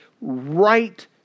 right